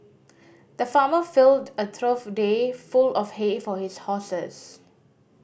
the farmer filled a trough day full of hay for his horses